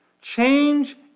Change